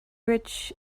rich